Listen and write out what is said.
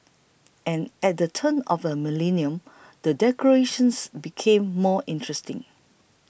and at the turn of the millennium the decorations became more interesting